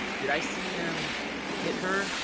did i see him hit her?